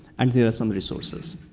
and here are some resources.